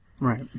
Right